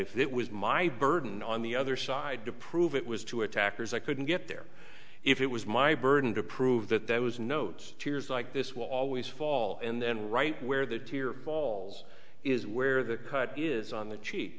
if that was my burden on the other side to prove it was two attackers i couldn't get there if it was my burden to prove that there was notes tears like this will always fall and right where the tear falls is where the cut is on the chea